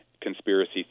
conspiracy